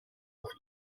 auf